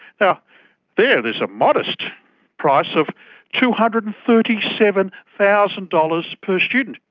so there there's a modest price of two hundred and thirty seven thousand dollars per student.